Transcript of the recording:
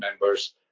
members